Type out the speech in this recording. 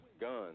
guns